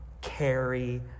carry